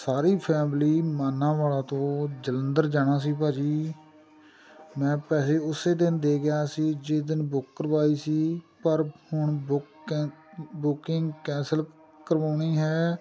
ਸਾਰੀ family Manawala ਤੋਂ ਜਲੰਧਰ ਜਾਣਾ ਸੀ ਭਾਅ ਜੀ ਮੈਂ ਪੈਸੇ ਉਸੇ ਦਿਨ ਦੇ ਗਿਆ ਸੀ ਜਿਸ ਦਿਨ ਬੁੱਕ ਕਰਵਾਈ ਸੀ ਪਰ ਹੁਣ ਬੁਕ ਕੈਂ ਬੁਕਿੰਗ ਕੈਂਸਲ ਕਰਵਾਉਣੀ ਹੈ